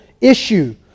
issue